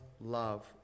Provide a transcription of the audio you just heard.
love